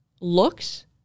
looks